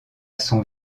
son